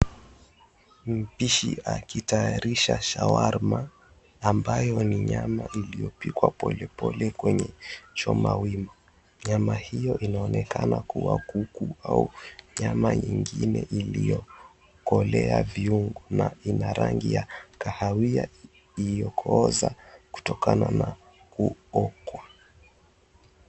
Mpishi akitayarisha shawarma, ambayo ni nyama iliyopikwa polepole kwenye choma wima. Nyama hiyo inaonekana kuwa kuku au nyama ingine iliyokolea viungo na ina rangi ya kahawia iliyokooza kutokana na kuokwa.